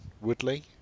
Woodley